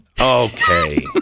Okay